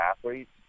athletes